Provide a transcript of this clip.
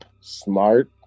Smart